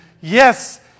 Yes